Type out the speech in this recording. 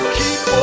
keep